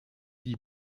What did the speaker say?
die